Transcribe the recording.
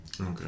Okay